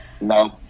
No